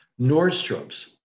Nordstrom's